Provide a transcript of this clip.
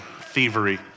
thievery